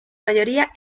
mayoría